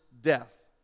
death